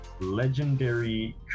Legendary